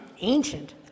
ancient